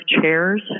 chairs